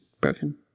broken